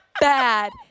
bad